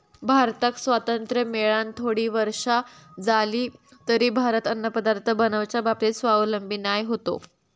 भारताक स्वातंत्र्य मेळान थोडी वर्षा जाली तरी भारत अन्नपदार्थ बनवच्या बाबतीत स्वावलंबी नाय होतो